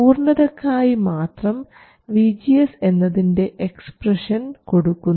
പൂർണ്ണതയ്ക്കായി മാത്രം VGS എന്നതിൻറെ expression കൊടുക്കുന്നു